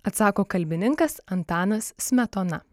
atsako kalbininkas antanas smetona